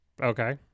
Okay